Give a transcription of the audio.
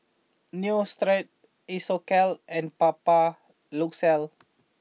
Neostrata Isocal and Papulex